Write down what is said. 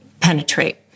penetrate